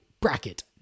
bracket